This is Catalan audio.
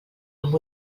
amb